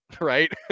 right